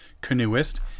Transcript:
canoeist